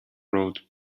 road